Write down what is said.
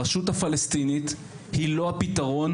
הרשות הפלסטינית היא לא הפתרון,